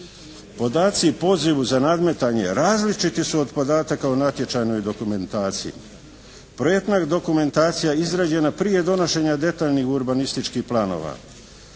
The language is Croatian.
Podaci pozivu za nadmetanje različiti su od podataka u natječajnoj dokumentaciji. Projektna dokumentacija izrađena prije donošenja detaljnih urbanističkih planova.